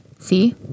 See